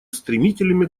стремительными